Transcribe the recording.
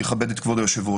אני אכבד את כבוד היושב-ראש.